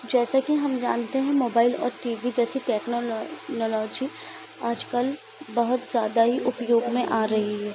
जैसा कि हम जानते हैं मोबाइल और टी वी जैसी टेक्नोलॉनोलॉजी आजकल बहुत ज़्यादा ही उपयोग में आ रही है